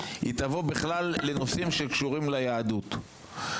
היא תבוא בכלל לנושאים שקשורים ליהדות.